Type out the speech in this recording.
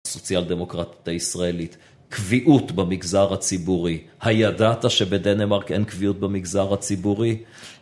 סוציאל דמוקרטית הישראלית, קביעות במגזר הציבורי. הידעת שבדנמרק אין קביעות במגזר הציבורי?